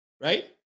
Right